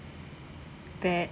bad